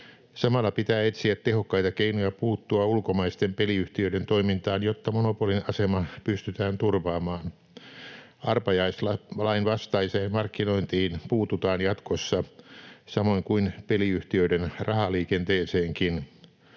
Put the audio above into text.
Samalla pitää etsiä tehokkaita keinoja puuttua ulkomaisten peliyhtiöiden toimintaan, jotta monopoliasema pystytään turvaamaan. Arpajaislain vastaiseen markkinointiin puututaan jatkossa samoin kuin peliyhtiöiden rahaliikenteeseenkin.